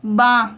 বাঁ